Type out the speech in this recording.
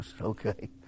okay